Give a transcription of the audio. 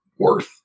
worth